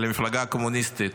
על המפלגה הקומוניסטית,